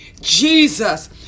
Jesus